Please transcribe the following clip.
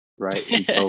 Right